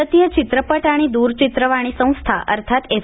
भारतीय चित्रपट आणि द्ररचित्रवाणी संस्था अर्थात एफ